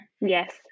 Yes